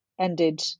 ended